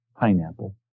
pineapple